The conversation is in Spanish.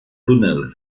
túnel